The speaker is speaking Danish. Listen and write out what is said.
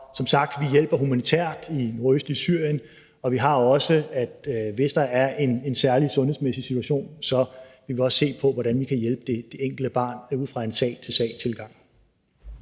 Som sagt hjælper vi humanitært i det nordøstlige Syrien, og det er også sådan, at hvis der opstår en særlig sundhedsmæssig situation, vil vi også se på, hvordan vi kan hjælpe det enkelte barn ud fra en sag til sag-tilgang.